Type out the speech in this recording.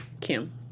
Kim